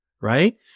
Right